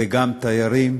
וגם תיירים,